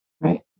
Right